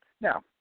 Now